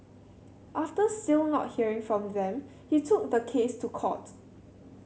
after still not hearing from them he took the case to court